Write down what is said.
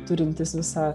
turintys visą